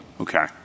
Okay